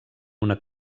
una